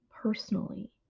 personally